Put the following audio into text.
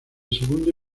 segundo